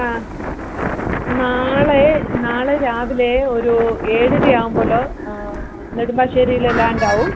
ആ നാളെ നാളെ രാവിലെ ഒരു ഏഴര ആവുമ്പോൾ നെടുമ്പാശ്ശേരിയിൽ ലാൻഡാവും